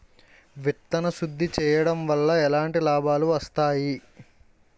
విత్తన శుద్ధి చేయడం వల్ల ఎలాంటి లాభాలు వస్తాయి?